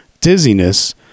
dizziness